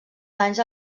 danys